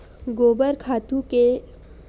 गोबर खातु ले फसल ल का विटामिन मिलथे का?